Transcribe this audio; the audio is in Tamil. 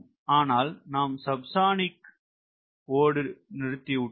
ஆனால் நாம் சப்சானிக் ஓடு நிறுத்திக்கொண்டோம்